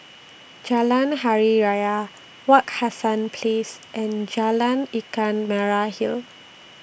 Jalan Hari Raya Wak Hassan Place and Jalan Ikan Merah Hill